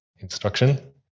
instruction